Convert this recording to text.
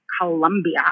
Colombia